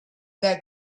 that